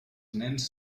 nens